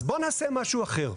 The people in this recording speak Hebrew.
אז בואו נעשה משהו אחר,